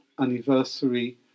anniversary